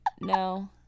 no